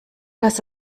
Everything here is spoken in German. dass